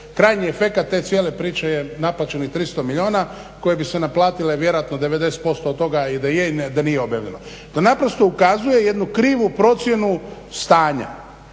krajnji efekt te cijele priče je naplaćenih 300 milijuna koje bi se naplatile vjerojatno 90% od toga i da je i da nije objavljeno. To naprosto ukazuje jednu krivu procjenu stanja